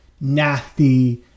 nasty